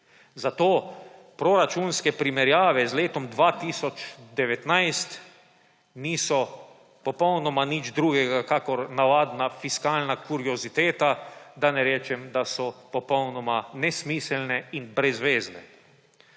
Zato proračunske primerjave z letom 2019 niso popolnoma nič drugega kakor navadna fiskalna kurioziteta, da ne rečem, da so popolnoma nesmiselne in brezvezne.